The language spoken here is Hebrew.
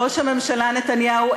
ראש הממשלה נתניהו,